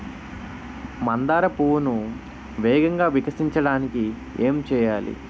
మందార పువ్వును వేగంగా వికసించడానికి ఏం చేయాలి?